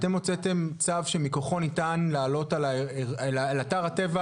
הוצאתם צו שמכוחו ניתן לעלות עם טרקטורים על אתר הטבע